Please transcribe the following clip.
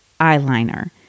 Eyeliner